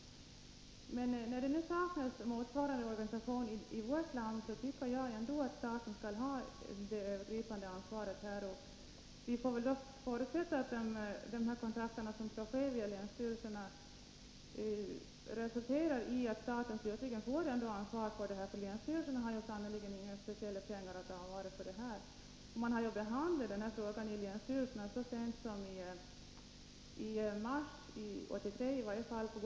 När det nu saknas motsvarande organisation i vårt land, tycker jag ändå att staten skall ha det övergripande ansvaret. Vi får väl förutsätta att de kontakter som skall ske via länsstyrelserna resulterar i att staten slutligen får ansvaret för detta — länsstyrelserna har sannerligen inga speciella pengar att avvara för detta ändamål. Denna fråga har behandlats i länsstyrelserna — på Gotland så sent som i mars 1983.